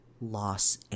Los